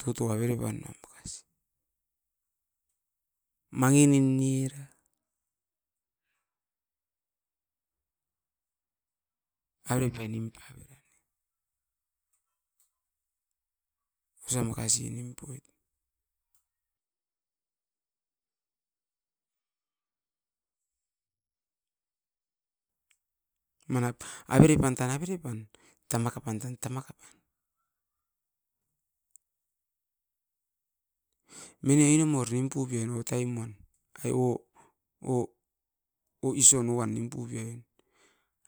Tuto avere pan nia makasi, mangi nin nuira avere pai nimpa oira, osa makasi nim puino. Manap avere pan tan avere pan. Tamaka pan tan tamaka pan, mine inom o rimpu pien otaim o o ision o uan nimpu pi'ai,